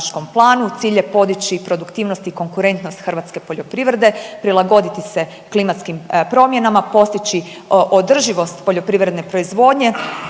cilj je podići produktivnost i konkurentnost hrvatske poljoprivrede, prilagoditi se klimatskim promjenama, postići održivost poljoprivredne proizvodnje